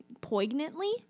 poignantly